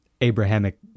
abrahamic